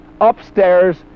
Upstairs